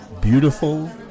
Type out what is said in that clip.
beautiful